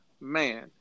man